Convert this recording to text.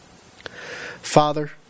Father